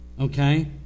okay